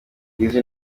dizzy